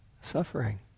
suffering